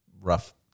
rough